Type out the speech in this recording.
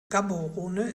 gaborone